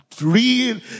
real